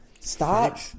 Stop